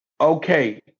okay